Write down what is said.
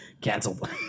Canceled